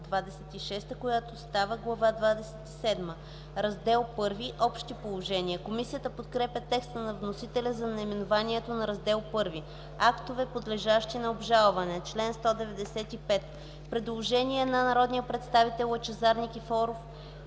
шеста, която става Глава двадесет и седма. „Раздел I – Общи положения”. Комисията подкрепя текста на вносителя за наименованието на Раздел I. „Актове, подлежащи на обжалване” – чл. 195. Предложение на народния представител Лъчезар Никифоров